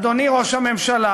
אדוני ראש הממשלה,